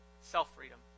self-freedom